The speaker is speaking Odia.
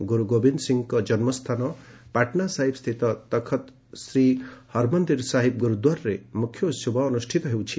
ଗୁରୁ ଗୋବିନ୍ଦ ସିଂହଙ୍କ ଜନ୍ମ ସ୍ଥାନ ପାଟନାସାହିବ ସ୍ଥିତ ତଖତ ଶ୍ରୀ ହରମନ୍ଦିର ସାହିବ ଗୁରୁଦ୍ୱାରାରେ ମୁଖ୍ୟ ଉତ୍ସବ ଅନୁଷ୍ଠିତ ହେଉଛି